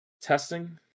Testing